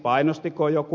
painostiko joku